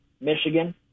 Michigan